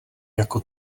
jako